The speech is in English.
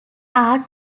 are